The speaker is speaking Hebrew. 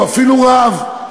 הוא אפילו רב.